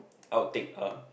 out take uh